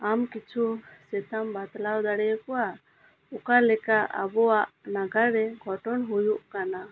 ᱟᱢ ᱠᱤᱪᱷᱩ ᱥᱮᱛᱟᱢ ᱵᱟᱛᱞᱟᱣ ᱫᱟᱲᱮᱭᱟᱠᱚᱣᱟ ᱚᱠᱟ ᱞᱮᱠᱟ ᱟᱵᱚᱣᱟᱜ ᱱᱟᱜᱟᱨ ᱨᱮ ᱜᱷᱚᱴᱚᱱ ᱦᱩᱭᱩᱜ ᱠᱟᱱᱟ